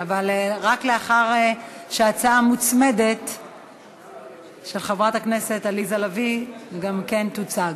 אבל רק לאחר שההצעה המוצמדת של חברת הכנסת עליזה לביא גם כן תוצג.